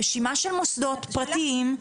בוא תוריד את המשקפיים ונראה אם אתה יכול לקרוא,